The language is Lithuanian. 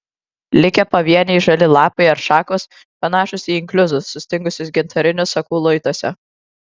likę pavieniai žali lapai ar šakos panašūs į inkliuzus sustingusius gintarinių sakų luituose